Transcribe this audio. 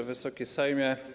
Wysoki Sejmie!